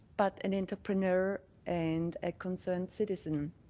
but an entrepreneur and a concerned citizen.